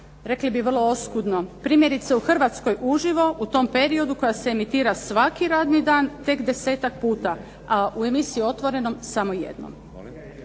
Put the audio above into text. rekli bi vrlo oskudno. Primjerice u "Hrvatska uživo" u tom periodu koja se emitira svaki radni dan tek desetak puta a u emisiji "Otvoreno" samo jednom.